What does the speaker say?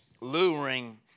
luring